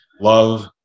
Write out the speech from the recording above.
love